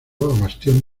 bastión